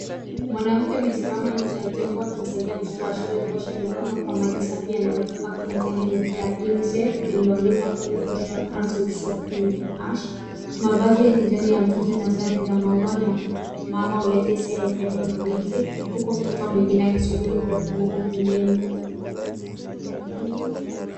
Mwanamke amesimama nje ya jengo akimsaidia mtoto wa shule kuosha mikono kwa maji safi yanayo toka kwenye taki la UNICEF lililo andikwa always wash your hands with soap . Mavazi ya kijani ya mtoto ina sare za maua ya mama huleta hisia ya upendo na ulinzi huku mtoto mwingine akisubiri kwa utulivu pembeni.